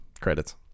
Credits